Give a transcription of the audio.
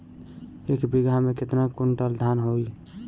एक बीगहा में केतना कुंटल धान होई?